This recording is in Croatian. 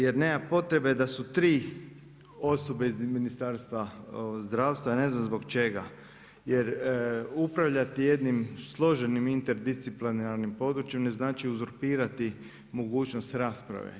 Jer nema potrebe da su 3 osobe iz Ministarstva zdravstva, ja ne znam zbog čega, jer upravljati jednim složenim interdisciplinarnim područjem, ne znači uzurpirati mogućnost rasprave.